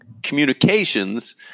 communications